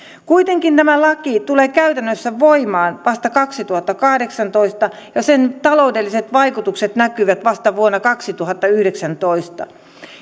kuitenkin tämä laki tulee käytännössä voimaan vasta kaksituhattakahdeksantoista ja sen taloudelliset vaikutukset näkyvät vasta vuonna kaksituhattayhdeksäntoista